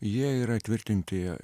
jie yra tvirtinti